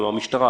המשטרה,